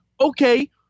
okay